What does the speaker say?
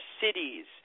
cities